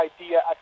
idea